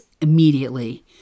immediately